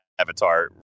avatar